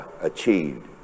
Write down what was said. achieved